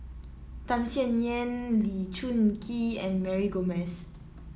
Tham Sien Yen Lee Choon Kee and Mary Gomes